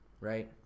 right